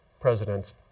presidents